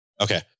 Okay